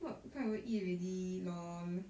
what can't even eat ready lor